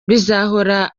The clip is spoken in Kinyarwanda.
bizahora